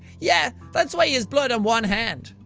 yeah, that's why he has blood on one hand!